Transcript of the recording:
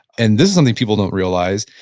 and this is something people don't realize,